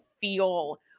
feel